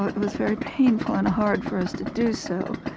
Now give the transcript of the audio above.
it was very painful and hard for us to do so,